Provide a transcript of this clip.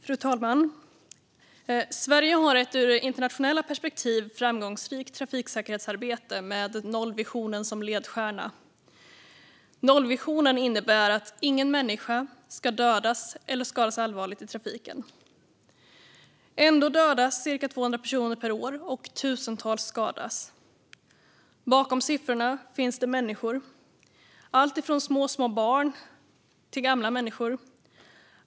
Fru talman! Sverige har ett ur internationella perspektiv framgångsrikt trafiksäkerhetsarbete med nollvisionen som ledstjärna. Nollvisionen innebär att ingen människa ska dödas eller skadas allvarligt i trafiken. Ändå dödas cirka 200 personer per år, och tusentals skadas. Bakom siffrorna finns det människor, alltifrån små barn till gamla människor.